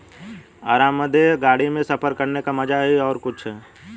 आरामदेह गाड़ी में सफर करने का मजा ही कुछ और है